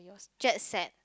jet set